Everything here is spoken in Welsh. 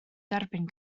derbyn